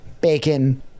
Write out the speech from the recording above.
bacon